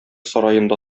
сараенда